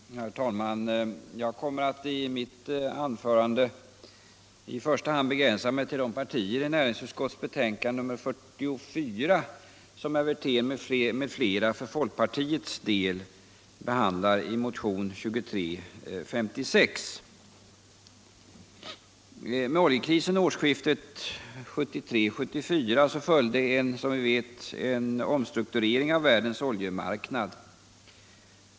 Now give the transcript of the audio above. Herr talman! Jag kommer i mitt anförande i första hand att begränsa mig till de partier i näringsutskottets betänkande nr 44 som herr Wirtén m.fl. för folkpartiets del behandlar i motion 2356. Med oljekrisen årsskiftet 1973-1974 följde som vi vet en omstrukturering av världens oljemarknad.